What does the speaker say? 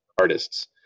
artists